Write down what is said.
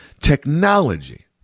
Technology